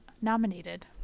nominated